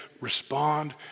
respond